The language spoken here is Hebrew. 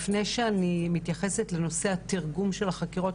לפני שאני מתייחסת לנושא התרגום של החקירות,